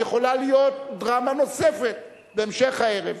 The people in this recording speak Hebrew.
יכולה להיות דרמה נוספת בהמשך הערב.